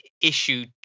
issue